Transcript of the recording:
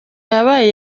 yabaye